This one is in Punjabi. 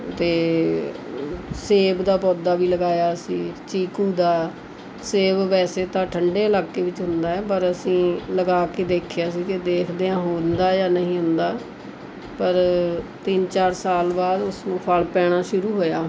ਅਤੇ ਸੇਬ ਦਾ ਪੌਦਾ ਵੀ ਲਗਾਇਆ ਅਸੀਂ ਚੀਕੂ ਦਾ ਸੇਬ ਵੈਸੇ ਤਾਂ ਠੰਡੇ ਇਲਾਕੇ ਵਿੱਚ ਹੁੰਦਾ ਹੈ ਪਰ ਅਸੀਂ ਲਗਾ ਕੇ ਦੇਖਿਆ ਸੀ ਕਿ ਦੇਖਦੇ ਹਾਂ ਹੁੰਦਾ ਜਾਂ ਨਹੀਂ ਹੁੰਦਾ ਪਰ ਤਿੰਨ ਚਾਰ ਸਾਲ ਬਾਅਦ ਉਸਨੂੰ ਫਲ਼ ਪੈਣਾ ਸ਼ੁਰੂ ਹੋਇਆ